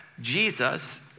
Jesus